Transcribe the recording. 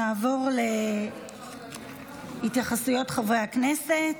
נעבור להתייחסויות חברי הכנסת.